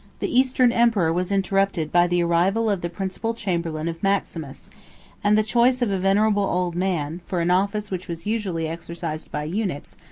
the eastern emperor was interrupted by the arrival of the principal chamberlain of maximus and the choice of a venerable old man, for an office which was usually exercised by eunuchs,